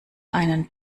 einen